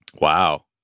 Wow